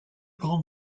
grande